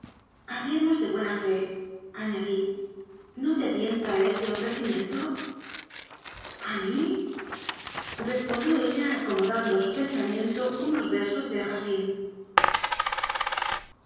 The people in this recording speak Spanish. hablemos de buena fe añadí no te tienta ese ofrecimiento a mí respondió ella acomodando a su pensamien to unos versos de racine